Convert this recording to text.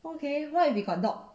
okay what if we got dog